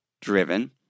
driven